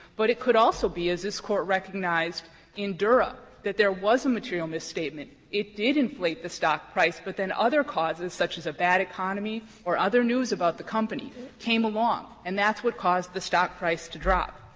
but it could also be, as this court recognized in dura, that there was a material misstatement, it did inflate the stock price, but then other causes such as a bad economy or other news about the company came along, and that's what caused the stock price to drop.